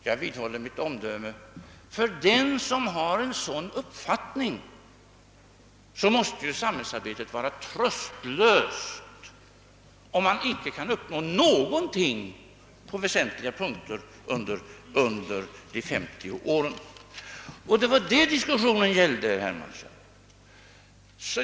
Jag vidhåller mitt omdöme att för den som har en sådan uppfattning, för den som inte tycker sig ha uppnått någonting på väsentliga punkter under dessa 50 år, måste samhällsarbetet vara tröstlöst. Det var detta diskussionen gällde, herr Hermansson.